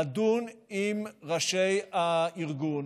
לדון עם ראשי הארגון